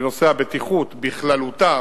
בנושא הבטיחות בכללותה,